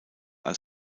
als